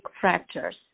fractures